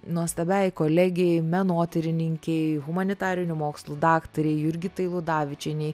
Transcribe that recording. nuostabiai kolegei menotyrininkei humanitarinių mokslų daktarei jurgitai ludavičienei